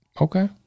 okay